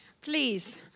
Please